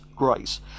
Grace